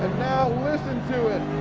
now listen to it.